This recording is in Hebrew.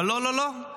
אבל לא, לא, לא,